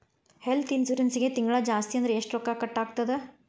ಹೆಲ್ತ್ಇನ್ಸುರೆನ್ಸಿಗೆ ತಿಂಗ್ಳಾ ಜಾಸ್ತಿ ಅಂದ್ರ ಎಷ್ಟ್ ರೊಕ್ಕಾ ಕಟಾಗ್ತದ?